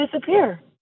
disappear